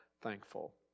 thankful